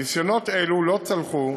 ניסיונות אלו לא צלחו,